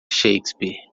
shakespeare